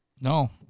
no